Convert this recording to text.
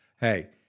Hey